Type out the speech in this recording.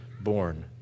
born